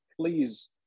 please